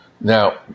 Now